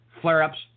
Flare-ups